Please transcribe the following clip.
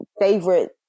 favorite